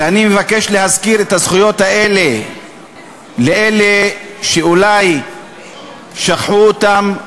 ואני מבקש להזכיר את הזכויות האלה לאלה שאולי שכחו אותן,